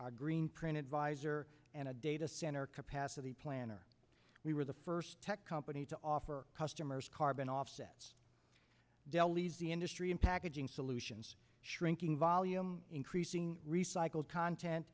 calculators green printed visor and a data center capacity planner we were the first tech company to offer customers carbon offsets delis the industry in packaging solutions shrinking volume increasing recycled content